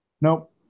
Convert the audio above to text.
Nope